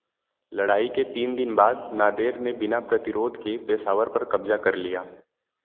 लड़ाई के तीन दिन बाद नादेर ने बिना प्रतिरोध के पेशावर पर क़ब्ज़ा कर लिया